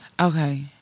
okay